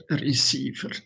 receiver